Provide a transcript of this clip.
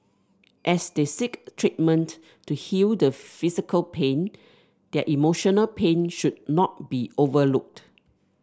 as they seek treatment to heal the physical pain their emotional pain should not be overlooked